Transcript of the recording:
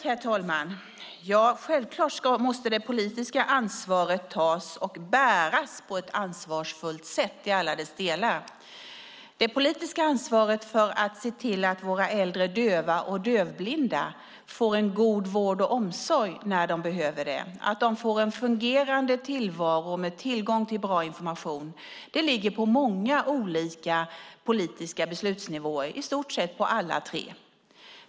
Herr talman! Självklart måste det politiska ansvaret tas och bäras på ett ansvarsfullt sätt i alla dess delar. Det politiska ansvaret att se till att våra äldre döva och dövblinda får en god vård och omsorg när de behöver det och en fungerande tillvaro med tillgång till bra information ligger på många olika politiska beslutsnivåer, och i stort sett på alla tre.